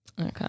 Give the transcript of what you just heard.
Okay